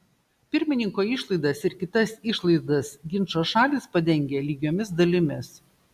pirmininko išlaidas ir kitas išlaidas ginčo šalys padengia lygiomis dalimis